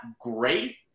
great